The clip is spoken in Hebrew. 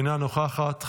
אינה נוכחת,